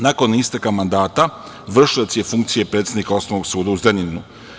Nakon isteka mandata vršilac je funkcije predsednika Osnovnog suda u Zrenjaninu.